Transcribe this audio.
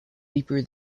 deeper